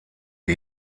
die